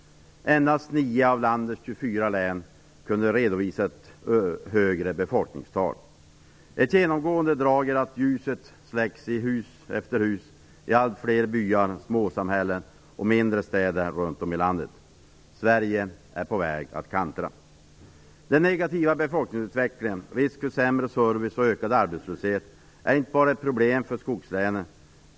Endast 9 av landets 24 län kunde redovisa ett högre befolkningstal. Ett genomgående drag är att ljuset släcks i hus efter hus i allt fler byar, småsamhällen och mindre städer runt om i landet. Sverige är på väg att kantra. Den negativa befolkningsutvecklingen, risken för sämre service och den ökade arbetslösheten är inte bara ett problem för skogslänen.